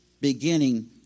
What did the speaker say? beginning